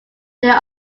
their